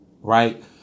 Right